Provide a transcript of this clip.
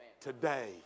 today